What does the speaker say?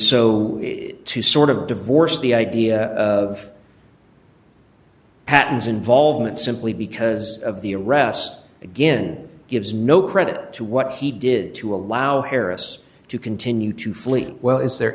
so to sort of divorce the idea of patton's involvement simply because of the arrest again gives no credit to what he did to allow harris to continue to flee and well is there